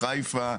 חיפה,